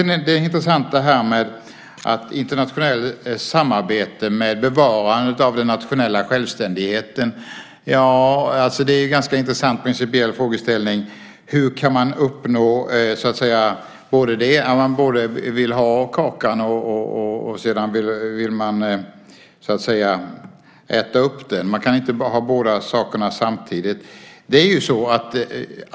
Det är intressant med internationellt samarbete med bevarande av den nationella självständigheten. Det är en ganska intressant principiell frågeställning. Man vill både ha kakan och äta upp den. Man kan inte ha båda sakerna samtidigt.